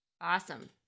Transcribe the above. Awesome